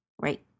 Right